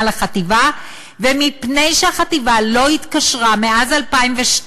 לחטיבה"; ומפני שהחטיבה לא התקשרה מאז 2000,